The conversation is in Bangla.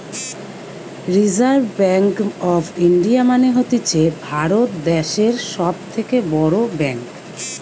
রিসার্ভ ব্যাঙ্ক অফ ইন্ডিয়া মানে হতিছে ভারত দ্যাশের সব থেকে বড় ব্যাঙ্ক